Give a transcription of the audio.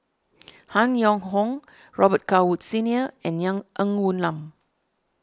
Han Yong Hong Robet Carr Woods Senior and young Ng Woon Lam